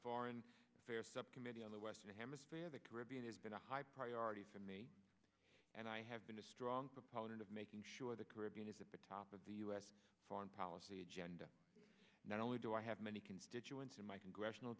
foreign affairs subcommittee on the western hemisphere the caribbean has been a high priority for me and i have been a strong proponent of making sure the caribbean is at the top of the u s foreign policy agenda not only do i have many constituents in my congressional